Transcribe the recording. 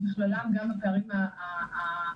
ובכללם גם הפערים המגדריים.